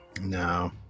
No